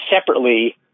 separately